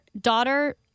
daughter